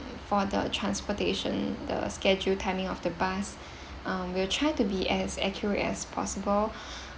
for the transportation the scheduled timing of the bus um we will try to be as accurate as possible